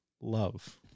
love